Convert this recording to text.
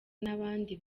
n’abandi